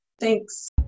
thanks